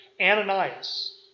Ananias